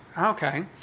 Okay